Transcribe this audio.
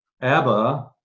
ABBA